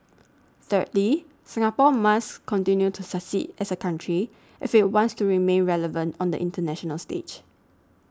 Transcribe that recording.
thirdly Singapore must continue to succeed as a country if it wants to remain relevant on the international stage